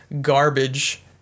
garbage